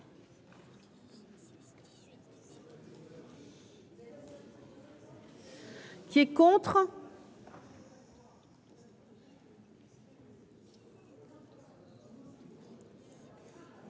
Qui est contre.